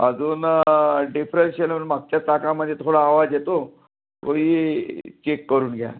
अजून डिप्रेशनवरून मागच्या चाकामध्ये थोडा आवाज येतो तोही चेक करून घ्या